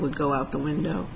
would go out the window